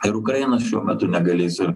ir ukrainos šiuo metu negalės ir